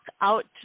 out